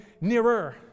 nearer